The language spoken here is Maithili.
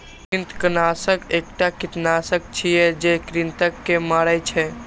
कृंतकनाशक एकटा कीटनाशक छियै, जे कृंतक के मारै छै